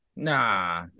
Nah